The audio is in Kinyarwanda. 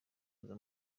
kuza